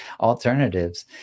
alternatives